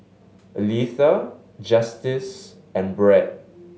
Aletha Justice and Brett